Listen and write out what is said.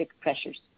pressures